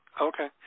okay